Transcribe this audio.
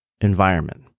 environment